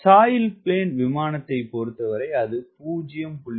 பாய்மர விமானத்தைப் பொறுத்தவரை அது 0